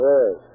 Yes